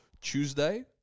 Tuesday